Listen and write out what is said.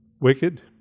wicked